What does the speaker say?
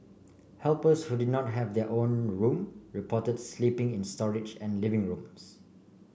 helpers who did not have their own room reported sleeping in storage and living rooms